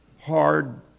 hard